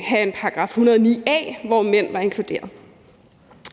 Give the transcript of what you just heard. have en § 109 a, hvor mænd var inkluderet.